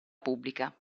pubblica